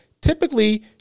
typically